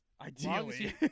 Ideally